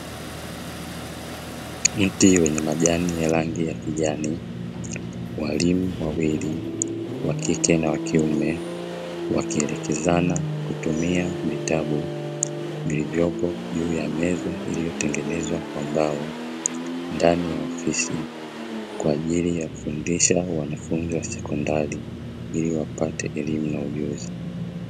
Mti wenye majani ya rangi ya kijani, walimu wawili wakike na wakiume wakielekezana kutumia vitabu vilivyopo juu ya meza iliyotengenezwa kwa mbao ndani ofisi, kwa ajili ya kufundisha wanafunzi wa sekondari iliwapate elimu na ujuzi.